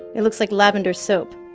it looks like lavender soap.